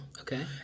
Okay